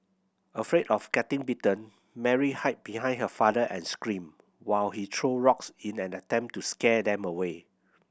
afraid of getting bitten Mary hid behind her father and screamed while he threw rocks in an attempt to scare them away